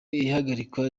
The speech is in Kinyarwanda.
ihagarikwa